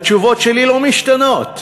התשובות שלי לא משתנות.